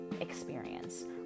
experience